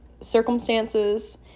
circumstances